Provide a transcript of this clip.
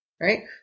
right